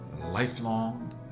lifelong